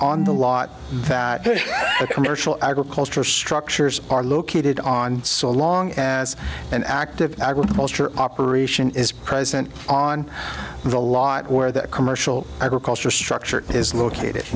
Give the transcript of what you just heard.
on the lot that commercial agriculture structures are located on so long as an active agriculture operation is present on the lot where that commercial agriculture structure is located